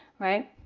right?